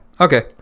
Okay